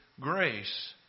grace